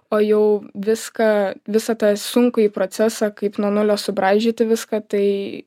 o jau viską visą tą sunkųjį procesą kaip nuo nulio subraižyti viską tai